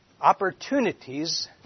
opportunities